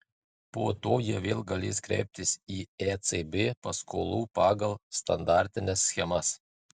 po to jie vėl galės kreiptis į ecb paskolų pagal standartines schemas